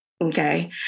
Okay